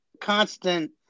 constant